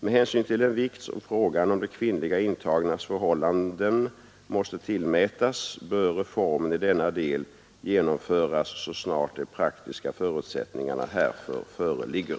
Med hänsyn till den vikt som frågan om de kvinnliga intagnas förhållanden måste tillmätas bör reformen i denna del genomföras så snart de praktiska förutsättningarna härför föreligger.